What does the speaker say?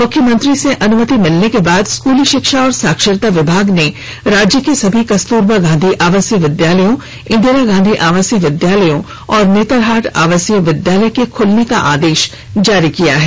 मुख्यमंत्री से अनुमति मिलने के बाद स्कूली शिक्षा और साक्षरता विभाग ने राज्य के सभी कस्तूरबा गांधी आवासीय विद्यालय इंदिरा गांधी आवासीय विद्यालय और नेतरहाट आवासीय विधालयों के खुलने का आदेश जारी किया है